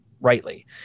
rightly